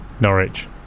Norwich